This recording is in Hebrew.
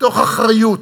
מתוך אחריות,